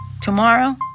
Tomorrow